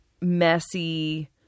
messy –